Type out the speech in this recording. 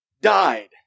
died